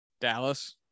Dallas